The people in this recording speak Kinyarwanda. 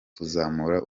kuzamura